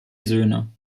söhne